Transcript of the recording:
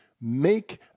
make